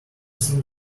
seen